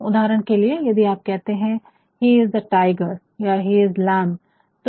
उदाहरण के लिए यदि आप कहते है he is the tiger he is the tiger या ही इज़ लैमhe is a lamb